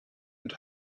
and